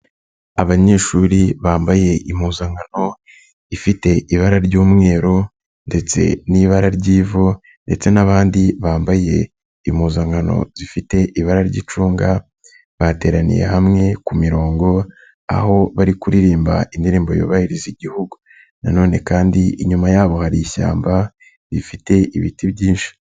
Abanyeshuri bambaye impuzankano ifite ibara ry'umweru ndetse n'ibara ry'ivu ndetse n'abandi bambaye impuzankano zifite ibara ry'icunga, bateraniye hamwe ku mirongo, aho bari kuririmba indirimbo yubahiriza Igihugu. Nanone kandi inyuma yabo hari ishyamba rifite ibiti byinshi.